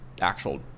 actual